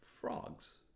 frogs